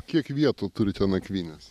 kiek vietų turite nakvynės